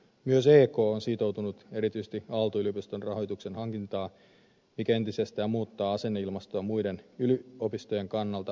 myös ek on sitoutunut erityisesti aalto yliopiston rahoituksen hankintaan mikä entisestään muuttaa asenneilmastoa muiden yliopistojen kannalta vaikeammaksi